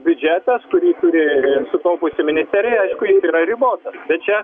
biudžetas kurį turi sukaupusi ministerija aišku jis yra ribotas bet čia